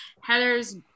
Heather's